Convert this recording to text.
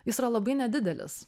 jis yra labai nedidelis